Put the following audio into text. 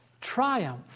triumph